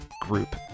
group